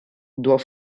doit